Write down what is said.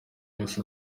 zose